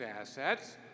assets